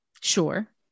Sure